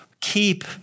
keep